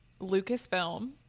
lucasfilm